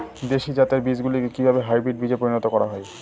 দেশি জাতের বীজগুলিকে কিভাবে হাইব্রিড বীজে পরিণত করা হয়?